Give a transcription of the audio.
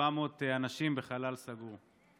400 אנשים בחלל סגור.